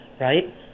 Right